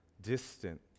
distant